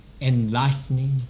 enlightening